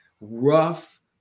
rough